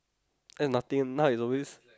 and then nothing now is always